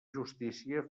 justícia